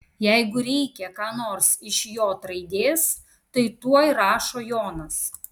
jeigu reikia ką nors iš j raidės tai tuoj rašo jonas